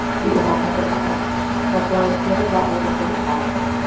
being out in a river but the river that day was really fast.